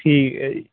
ਠੀਕ ਹੈ ਜੀ